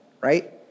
right